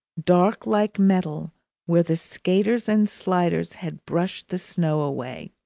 dark like metal where the skaters and sliders had brushed the snow away.